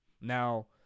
Now